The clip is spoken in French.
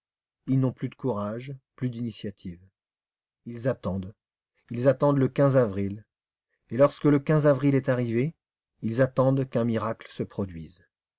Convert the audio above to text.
ils n'ont plus de courage plus d'initiative ils attendent ils attendent le quinze avril et lorsque le quinze avril est arrivé ils attendent qu'un miracle se produise